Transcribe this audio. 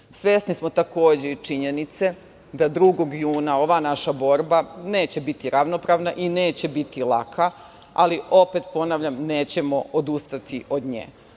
borbe. Svesni smo, takođe, i činjenice da 2. juna ova naša borba neće biti ravnopravna i neće biti laka, ali opet ponavljam, nećemo odustati od nje.